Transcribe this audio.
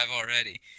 already